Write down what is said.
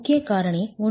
முக்கியக் காரணி 1